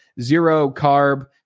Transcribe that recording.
zero-carb